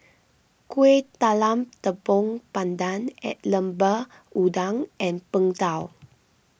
Kueh Talam Tepong Pandan at Lemper Udang and Png Tao